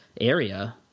area